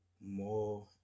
more